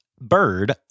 bird